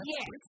Yes